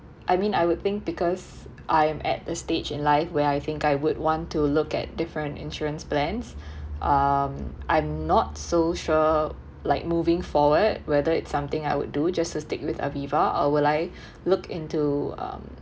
I mean I would think because I'm at the stage in life where I think I would want to look at different insurance plans um I'm not so sure like moving forward whether it's something I would do just to stick with Aviva or will I look into um